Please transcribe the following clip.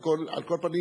על כל פנים,